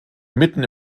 mitten